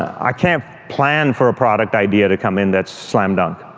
i can't plan for a product idea to come in that's slam dunk.